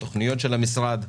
הצגת התכניות של המשרד,